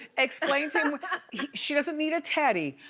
explain to him she doesn't need a teddy,